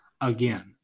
again